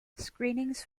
screenings